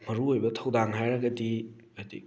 ꯃꯔꯨꯑꯣꯏꯕ ꯊꯧꯗꯥꯡ ꯍꯥꯏꯔꯒꯗꯤ ꯍꯥꯏꯗꯤ